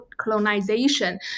colonization